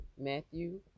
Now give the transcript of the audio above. Matthew